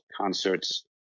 concerts